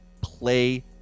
Play